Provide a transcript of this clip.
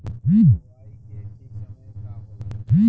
बुआई के ठीक समय का होला?